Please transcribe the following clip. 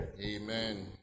Amen